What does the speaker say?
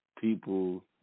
people